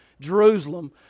Jerusalem